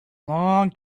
long